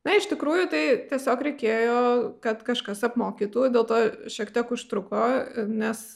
na iš tikrųjų tai tiesiog reikėjo kad kažkas apmokytų dėl to šiek tiek užtruko nes